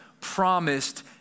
promised